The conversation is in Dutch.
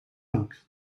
langst